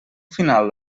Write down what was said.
final